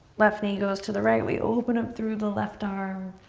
left knee goes to the right, we open up through the left arm.